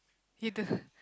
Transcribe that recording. you do